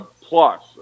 plus